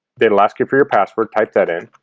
it'll ask you for your password type that in